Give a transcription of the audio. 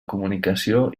comunicació